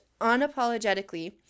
unapologetically